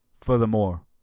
Furthermore